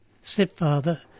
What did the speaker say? stepfather